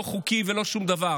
לא חוקי ולא שום דבר,